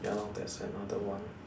ya lor that's another one